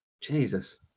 Jesus